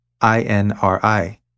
I-N-R-I